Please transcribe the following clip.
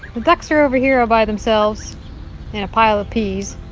ducks are over here by themselves in a pile of peas,